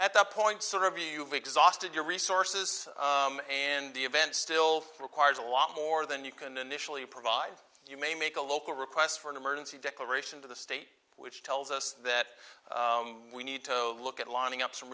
at that point sort of you've exhausted your resources and the event still requires a lot more than you can initially provide you may make a local request for an emergency declaration to the state which tells us that we need to look at lining up some